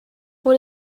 what